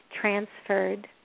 transferred